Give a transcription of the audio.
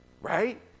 right